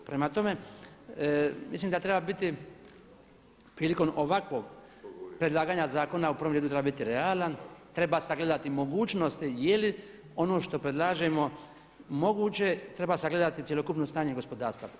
Prema tome, mislim da treba biti prilikom ovakvog predlaganja zakona u prvom redu treba biti realan, treba sagledati mogućnosti je li ono što predlažemo moguće, treba sagledati cjelokupno stanje gospodarstva.